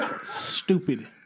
Stupid